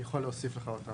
אני יכול להוסיף לך אותם.